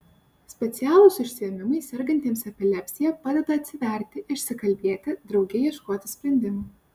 specialūs užsiėmimai sergantiems epilepsija padeda atsiverti išsikalbėti drauge ieškoti sprendimų